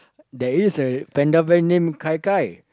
there is a panda bear named kai kai